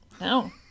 No